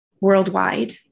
worldwide